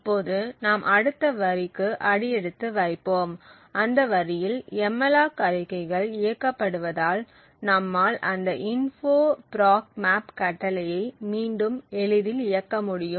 இப்போது நாம் அடுத்த வரிக்கு அடி எடுத்து வைப்போம் அந்த வரியில் எம்மலாக் அறிக்கைகள் இயக்கப்படுவதால் நம்மால் அந்த info proc map கட்டளையை மீண்டும் எளிதில் இயக்க முடியும்